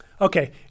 Okay